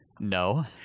No